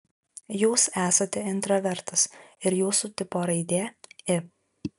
jūs esate intravertas ir jūsų tipo raidė i